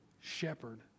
shepherd